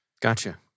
Gotcha